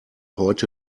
heute